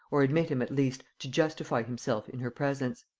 or admit him at least to justify himself in her presence.